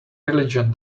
religion